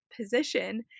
position